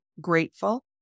grateful